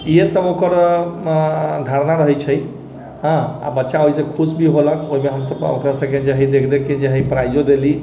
इएह सब ओकर धारणा रहै छै बच्चा ओहिसँ खुश भी होलक ओहिमे हमसब ओकर सबके जे हइ देखि देखिकऽ जे हइ प्राइजो देली